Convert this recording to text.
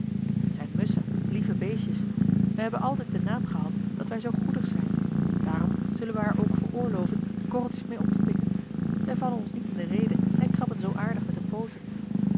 het zijn musschen lieve beestjes wij hebben altijd den naam gehad dat wij zoo goedig zijn daarom zullen we haar ook veroorloven de korreltjes mee op te pikken zij vallen ons niet in de rede en krabben zoo aardig met de pooten